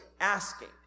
asking